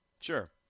Sure